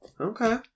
Okay